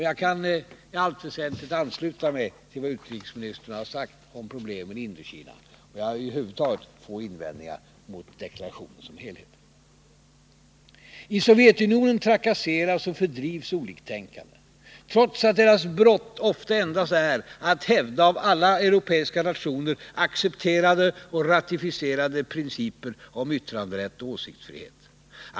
Jag kan i allt väsentligt ansluta mig till vad utrikesministern har sagt om problemen i Indokina. Jag har över huvud taget få invändningar mot deklarationen i dess helhet. I Sovjetunionen trakasseras och fördrivs oliktänkande, trots att deras ”brott” ofta endast är att hävda av alla europeiska nationer accepterade och ratificerade principer om yttranderätt och åsiktsfrihet.